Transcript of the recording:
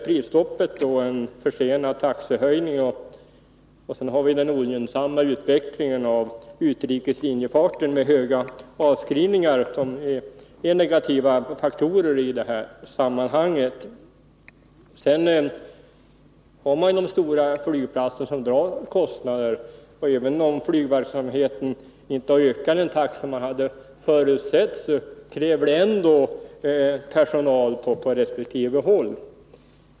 Prisstoppet som försenar taxehöjningar och den ogynnsamma utvecklingen inom utrikeslinjefarten, med dess höga avskrivningar, är negativa faktorer i det här sammanhanget. Också den stora flygplatsen drar kostnader. Flygverksamheten kräver dessutom, trots att den inte ökar i den takt som man hade förutsett, lika mycket personal på resp. håll.